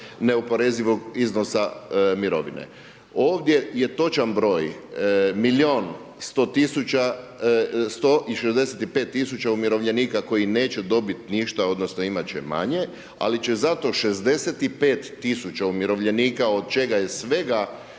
neoporezivog iznosa mirovine. Ovdje je točan broj, milijun 100 tisuća, 165 tisuća umirovljenika koji neće dobiti ništa, odnosno imati će manje ali će zato 65 tisuća umirovljenika od čega je svega